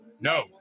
No